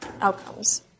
outcomes